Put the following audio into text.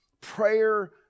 Prayer